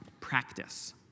practice